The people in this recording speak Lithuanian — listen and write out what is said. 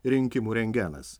rinkimų rentgenas